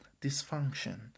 dysfunction